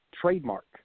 trademark